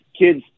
kids